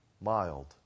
mild